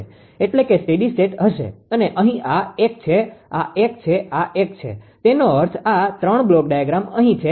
અને અહી આ 1 છે આ 1 છે આ 1 છે તેનો અર્થ આ 3 બ્લોક અહી છે